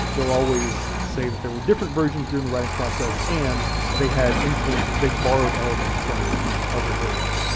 they'll always say that there were different versions during the writing process and they had influences. they borrowed elements from other works.